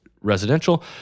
residential